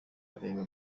arebera